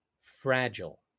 fragile